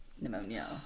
pneumonia